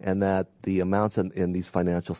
and that the amounts of in these financial